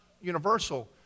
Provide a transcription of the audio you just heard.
universal